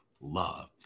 love